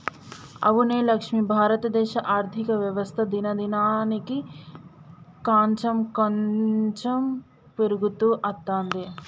అవునే లక్ష్మి భారతదేశ ఆర్థిక వ్యవస్థ దినదినానికి కాంచెం కాంచెం పెరుగుతూ అత్తందే